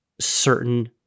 certain